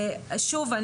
שוב,